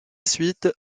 suite